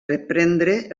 reprendre